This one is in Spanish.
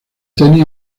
tenis